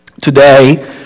Today